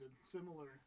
Similar